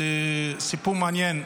סיפור מעניין.